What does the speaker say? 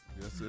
Yes